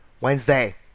Wednesday